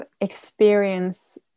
experience